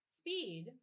speed